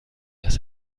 das